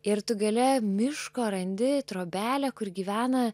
ir tu gale miško randi trobelę kur gyvena